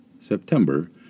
September